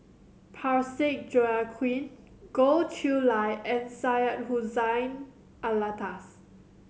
Parsick Joaquim Goh Chiew Lye and Syed Hussein Alatas